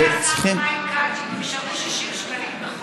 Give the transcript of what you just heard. אבל אדוני השר, שווים 60 שקלים בחודש.